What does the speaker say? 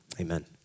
Amen